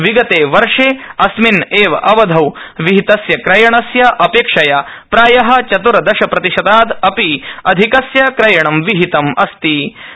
विगते वर्ष अस्मिन् एव अवधौ विहितस्य क्रयणस्य अपेक्षया प्राय चत्र्श प्रतिशतादपि अधिकस्य क्रयणं विहितम् आसीत्